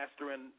mastering